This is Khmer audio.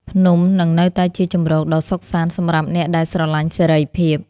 ភ្នំនឹងនៅតែជាជម្រកដ៏សុខសាន្តសម្រាប់អ្នកដែលស្រឡាញ់សេរីភាព។